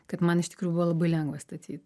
kad man iš tikrųjų labai lengva statyt